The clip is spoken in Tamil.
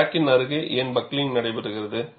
கிராக்கின் அருகே ஏன் பக்ளிங்க் நடைபெறுகிறது